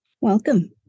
Welcome